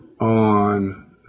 on